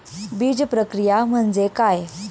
बीजप्रक्रिया म्हणजे काय?